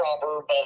proverb